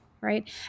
right